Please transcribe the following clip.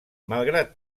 malgrat